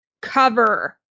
cover